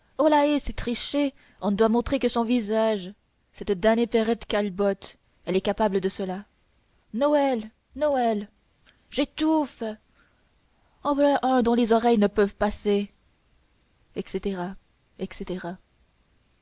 c'est tricher on ne doit montrer que son visage cette damnée perrette callebotte elle est capable de cela noël noël j'étouffe en voilà un dont les oreilles ne peuvent passer etc etc